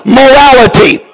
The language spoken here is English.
morality